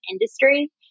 industry